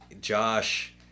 Josh